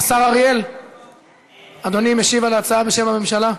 השר אריאל, אדוני, משיב על ההצעה בשם הממשלה.